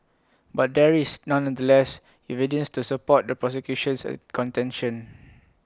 but there is nonetheless evidence to support the prosecution's contention